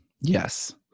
yes